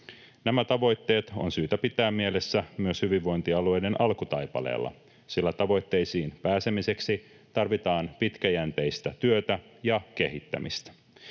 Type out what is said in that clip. Nämä tavoitteet on syytä pitää mielessä myös hyvinvointialueiden alkutaipaleella, sillä tavoitteisiin pääsemiseksi tarvitaan pitkäjänteistä työtä ja kehittämistä.